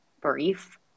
brief